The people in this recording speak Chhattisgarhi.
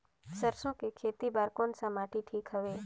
सरसो के खेती बार कोन सा माटी ठीक हवे?